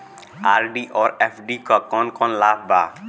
RD और FD क कौन कौन लाभ बा?